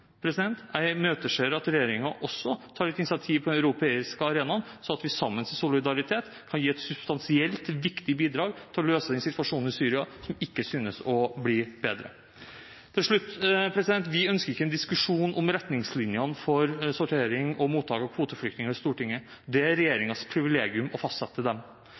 Jeg imøteser at regjeringen også tar et initiativ på den europeiske arenaen, slik at vi sammen viser solidaritet og kan gi et substansielt viktig bidrag til å løse situasjonen i Syria, som ikke synes å bli bedre. Til slutt: Vi ønsker ikke en diskusjon om retningslinjene for sortering og mottak av kvoteflyktninger i Stortinget. Det er regjeringens privilegium å fastsette dem.